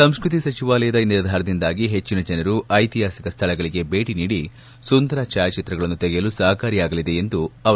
ಸಂಸ್ಕೃತಿ ಸಚಿವಾಲಯದ ಈ ನಿರ್ಧಾರದಿಂದಾಗಿ ಹೆಚ್ಚನ ಜನರು ಐತಿಹಾಸಿಕ ಸ್ವಳಗಳಿಗೆ ಭೇಟಿ ನೀಡಿ ಸುಂದರ ಛಾಯಾಚಿತ್ರಗಳನ್ನು ತೆಗೆಯಲು ಸಹಕಾರಿಯಾಗಲಿದೆ ಎಂದರು